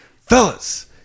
Fellas